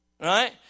right